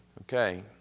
Okay